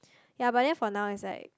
ya but then for now it's like